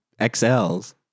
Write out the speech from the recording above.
XLs